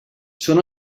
són